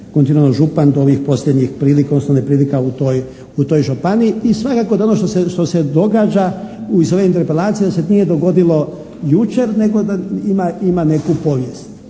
kontinuirano župan do ovih posljednjih prilika odnosno neprilika u toj županiji. I svakako da ono što se događa iz ove interpelacije da se nije dogodilo jučer nego da ima neku povijest.